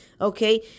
okay